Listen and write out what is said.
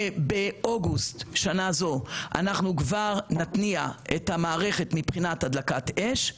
ובאוגוסט שנה זו אנחנו כבר נתניע את המערכת מבחינת הדלקת אש,